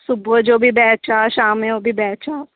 सुबुह जो बि बैच आहे शाम जो बि बैच आहे